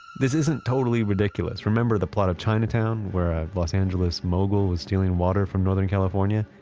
this isn't totally ridiculous. remember the plot of chinatown where a los angeles mogul was stealing water from northern california?